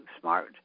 Smart